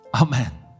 Amen